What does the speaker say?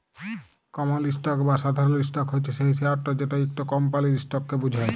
কমল stock বা সাধারল stock হছে সেই শেয়ারট যেট ইকট কমপালির ইসটককে বুঝায়